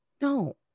no